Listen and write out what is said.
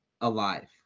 alive